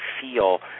feel